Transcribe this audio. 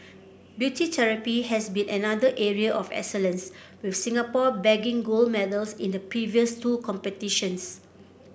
beauty therapy has been another area of excellence with Singapore bagging gold medals in the previous two competitions